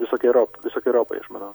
visokeriop visokeriopai aš manau